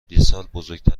بزرگتر